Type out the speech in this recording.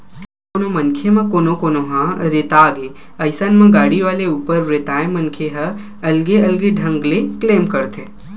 कोनो मनखे म कोनो कोनो ह रेता गे अइसन म गाड़ी वाले ऊपर रेताय मनखे ह अलगे अलगे ढंग ले क्लेम करथे